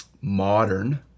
modern